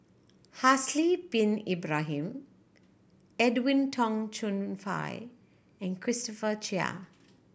Haslir Bin Ibrahim Edwin Tong Chun Fai and Christopher Chia